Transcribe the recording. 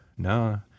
No